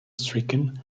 stricken